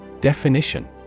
Definition